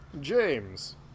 James